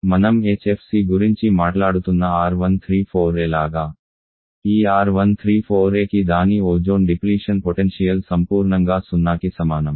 మనం HFC గురించి మాట్లాడుతున్న R134a లాగా ఈ R134aకి దాని ఓజోన్ డిప్లీషన్ పొటెన్షియల్ సంపూర్నంగా సున్నాకి సమానం